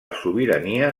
sobirania